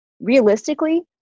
Realistically